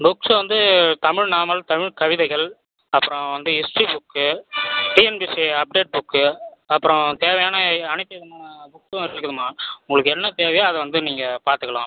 books வந்து தமிழ் நாவல் தமிழ் கவிதைகள் அப்பறம் வந்து history book TNPC update book அப்புறம் தேவையான அனைத்து விதமான புக்ஸும் இருக்குதும்மா உங்களுக்கு என்ன தேவையோ அதை வந்து நீங்கள் பார்த்துக்கலாம்